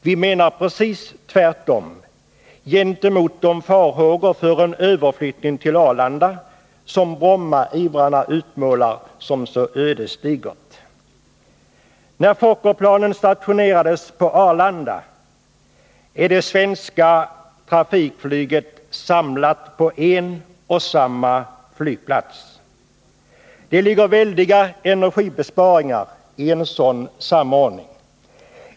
Vi menar precis tvärtom — gentemot de farhågor för en överflyttning till Arlanda som Brommaivrarna utmålar som så ödesdiger. När Fokkerplanen stationeras på Arlanda är det svenska trafikflyget samlat på en och samma flygplats. Det ligger väldiga energibesparingar i en sådan samordning.